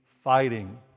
Fighting